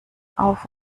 auf